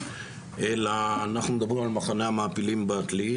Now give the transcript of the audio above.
אלא אנחנו מדברים על מחנה המעפילים בעתלית,